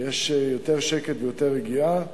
ויש יותר שקט ויותר רגיעה,